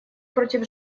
против